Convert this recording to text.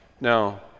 Now